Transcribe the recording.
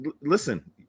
Listen